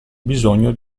bisogno